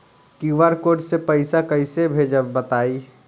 QR code से पईसा कईसे भेजब बताई?